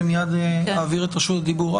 ומיד אעביר את רשות הדיבור.